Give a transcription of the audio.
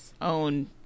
own